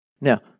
Now